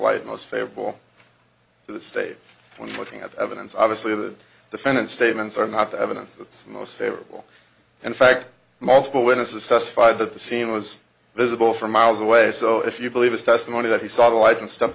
light most favorable to the state when looking at evidence obviously the defendant's statements are not the evidence that's the most favorable in fact multiple witnesses testified that the scene was visible for miles away so if you believe his testimony that he saw the light and st